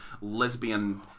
lesbian